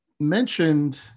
mentioned